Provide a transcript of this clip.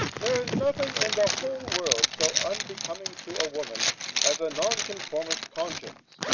there is nothing in the whole world so unbecoming to a woman as a nonconformist conscience.